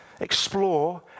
explore